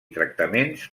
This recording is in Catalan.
tractaments